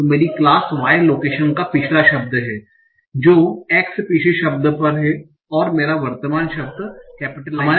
तो मेरी class y location का पिछला शब्द है जो x पिछले शब्द पर है और मेरा वर्तमान शब्द कैपिटलाइस्ड है